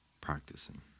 practicing